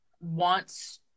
wants